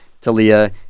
Talia